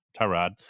Tyrod